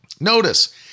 Notice